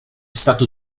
stato